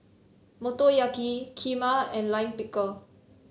Motoyaki Kheema and Lime Pickle